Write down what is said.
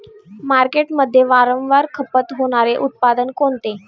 मार्केटमध्ये वारंवार खपत होणारे उत्पादन कोणते?